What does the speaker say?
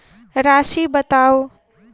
राशि बताउ